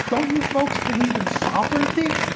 don't you folks believe in sovereignty?